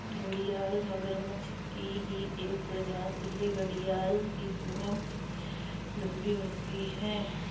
घड़ियाल मगरमच्छ की ही एक प्रजाति है घड़ियाल की चोंच लंबी होती है